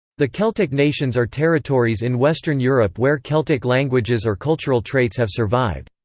the celtic nations are territories in western europe where celtic languages or cultural traits have survived.